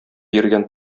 йөргән